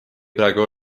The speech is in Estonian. praegu